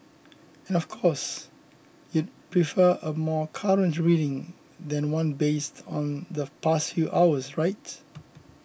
and of course you prefer a more current reading than one based on the past few hours right